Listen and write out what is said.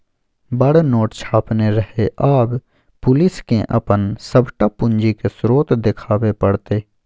बड़ नोट छापने रहय आब पुलिसकेँ अपन सभटा पूंजीक स्रोत देखाबे पड़तै